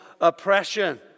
oppression